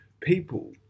people